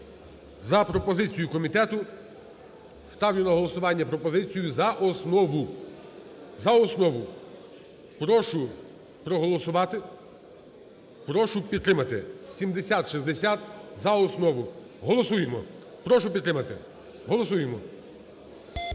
За пропозицією комітету ставлю на голосування пропозицію за основу. За основу. Прошу проголосувати. Прошу підтримати 7060 за основу. Голосуємо Прошу підтримати. Голосуємо.